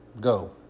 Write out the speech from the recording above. go